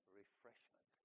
refreshment